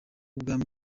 ubwami